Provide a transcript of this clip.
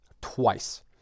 twice